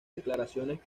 declaraciones